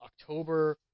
October